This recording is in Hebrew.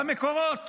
במקורות